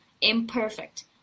imperfect